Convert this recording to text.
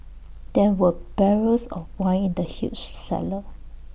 there were barrels of wine in the huge cellar